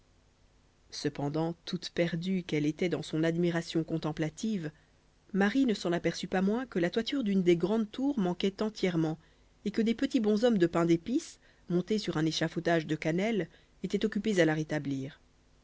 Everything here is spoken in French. cependant toute perdue qu'elle était dans son admiration contemplative marie ne s'en aperçut pas moins que la toiture d'une des grandes tours manquait entièrement et que des petits bonshommes de pain d'épice montés sur un échafaudage de cannelle étaient occupés à la rétablir